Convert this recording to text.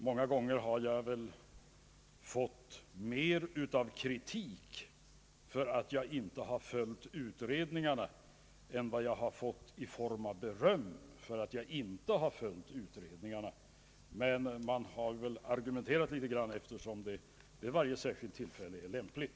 Många gånger har jag nog fått mer av kritik för att jag inte följt utredningarna än vad jag fått av beröm för att jag inte följt utredningarna, men man har väl argumenterat litet efter hur det vid varje tillfälle varit lämpligt.